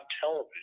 television